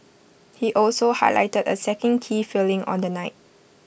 he also highlighted A second key failing on the night